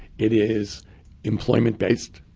it is employment-based.